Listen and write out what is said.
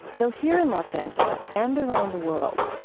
though, here in los angeles and around the world,